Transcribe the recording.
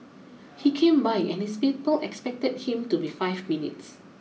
he came by and his people expected him to be five minutes